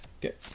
Good